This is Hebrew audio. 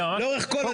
לאורך כל הדיון.